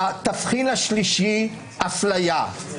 נעמה, תודה.